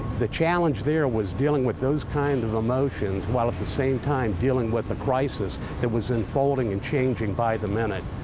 the challenge there was dealing with those kinds of emotions while at the same time dealing with the crisis that was unfolding and changing by the minute.